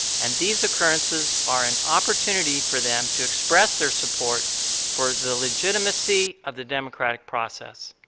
and these occurrences are an opportunity for them to express their support for the legitimacy of the democratic process.